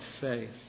faith